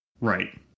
Right